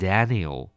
Daniel